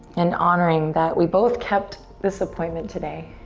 and honoring that we both kept this appointment today.